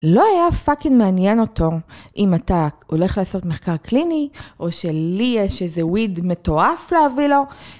לא היה פאקינג מעניין אותו אם אתה הולך לעשות מחקר קליני או שלי יש איזה weed מטורף להביא לו.